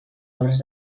obres